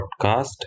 podcast